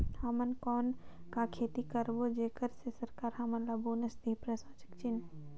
हमन कौन का खेती करबो जेकर से सरकार हमन ला बोनस देही?